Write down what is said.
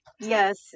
yes